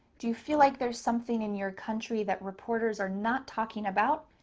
do you feel like there's something in your country that reporters are not talking about?